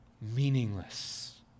meaningless